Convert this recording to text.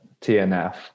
tnf